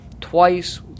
twice